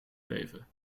leven